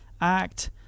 act